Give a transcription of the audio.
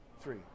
Three